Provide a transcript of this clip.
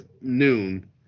noon